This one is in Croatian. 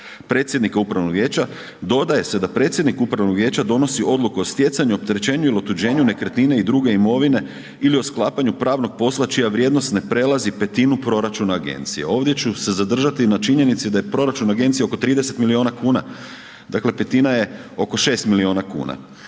predsjednika upravnog vijeća, dodaje se da predsjednik upravnog vijeća donosi odluku o stjecanju, opterećenju ili otuđenju nekretnine i druge imovine ili o sklapanju pravnog posla čija vrijednost ne prelazi 1/5 proračuna agencije. Ovdje ću se zadržati na činjenici da je proračunu agencije oko 30 milijuna kuna, dakle 1/5 je oko 6 milijuna kuna.